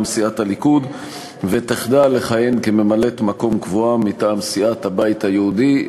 סיעת הליכוד ותחדל לכהן כממלאת-מקום קבועה מטעם סיעת הבית היהודי.